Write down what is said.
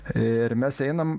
ir mes einam